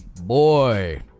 boy